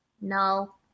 No